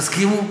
תסכימו?